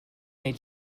may